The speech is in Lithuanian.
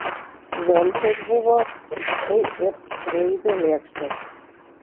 lomkės buvo tai ir skraidė lėkštės